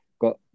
Got